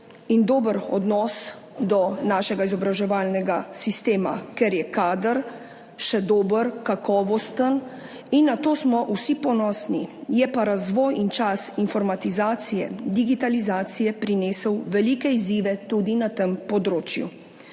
in dober odnos do našega izobraževalnega sistema, ker je kader še dober, kakovosten in na to smo vsi ponosni, je pa razvoj in čas informatizacije, digitalizacije prinesel velike izzive tudi na tem področju.